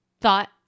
Thought